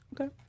Okay